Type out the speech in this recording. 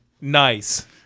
nice